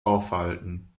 aufhalten